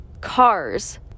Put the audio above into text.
cars